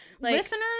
Listeners